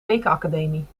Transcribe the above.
tekenacademie